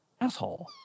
asshole